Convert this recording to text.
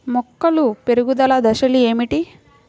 మొక్కల పెరుగుదల దశలు ఏమిటి?